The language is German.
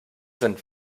sind